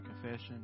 confession